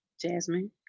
Jasmine